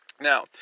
Now